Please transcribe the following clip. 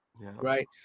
Right